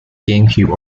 gamecube